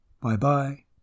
Bye-bye